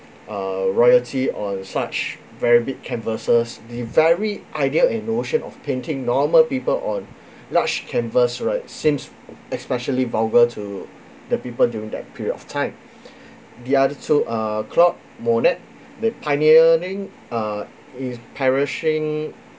err royalty on such very big canvasses the very idea a notion of painting normal people on large canvas right seems especially vulgar to the people during that period of time the attitude uh claude monet the pioneering uh in perishing